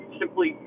simply